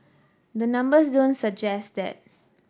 the numbers suggest that